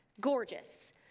Gorgeous